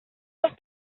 los